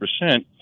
percent